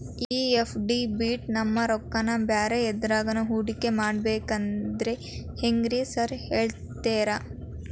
ಈ ಎಫ್.ಡಿ ಬಿಟ್ ನಮ್ ರೊಕ್ಕನಾ ಬ್ಯಾರೆ ಎದ್ರಾಗಾನ ಹೂಡಿಕೆ ಮಾಡಬೇಕಂದ್ರೆ ಹೆಂಗ್ರಿ ಸಾರ್ ಹೇಳ್ತೇರಾ?